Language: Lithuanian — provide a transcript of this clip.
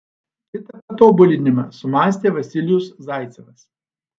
kitą patobulinimą sumąstė vasilijus zaicevas